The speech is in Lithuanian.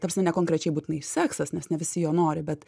ta prasme ne konkrečiai būtinai seksas nes ne visi jo nori bet